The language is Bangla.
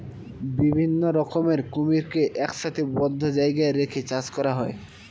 বিভিন্ন রকমের কুমিরকে একসাথে বদ্ধ জায়গায় রেখে চাষ করা হয়